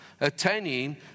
attaining